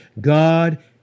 God